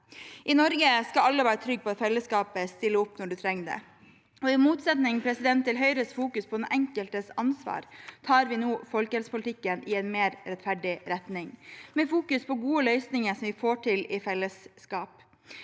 I Norge skal alle være trygge på at fellesskapet stiller opp når du trenger det. I motsetning til Høyres vektlegging av den enkeltes ansvar tar vi nå folkehelsepolitikken i en mer rettferdig retning som legger vekt på gode løsninger som vi får til i fellesskap.